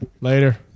Later